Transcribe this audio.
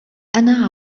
أنا